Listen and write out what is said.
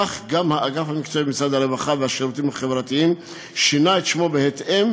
כך גם האגף המקצועי במשרד הרווחה והשירותים החברתיים שינה את שמו בהתאם,